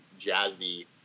jazzy